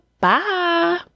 Bye